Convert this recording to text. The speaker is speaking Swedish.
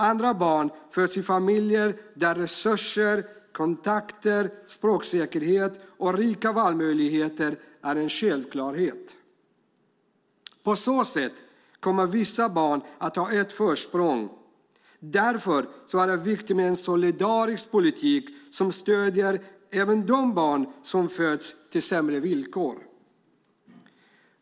Andra barn föds i familjer där resurser, kontakter, språksäkerhet och rika valmöjligheter är en självklarhet. På så sätt kommer vissa barn att ha ett försprång. Därför är det viktigt med en solidarisk politik som stöder även de barn som föds till sämre villkor.